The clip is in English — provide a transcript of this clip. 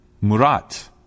Murat